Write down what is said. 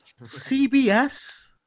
CBS